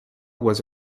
was